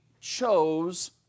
chose